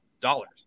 dollars